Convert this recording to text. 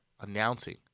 announcing